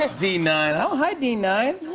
ah d nine. oh, hi, d nine.